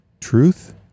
truth